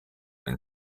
and